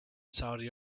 saudi